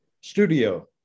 studio